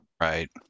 Right